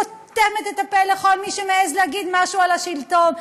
סותמת את הפה לכל מי שמעז להגיד משהו על השלטון,